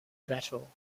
battle